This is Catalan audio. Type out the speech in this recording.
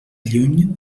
lluny